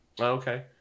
okay